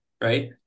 right